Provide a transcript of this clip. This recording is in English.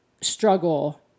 struggle